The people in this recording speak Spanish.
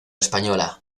española